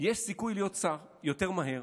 יש סיכוי להיות שר יותר מהר.